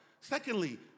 Secondly